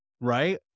right